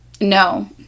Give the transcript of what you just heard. No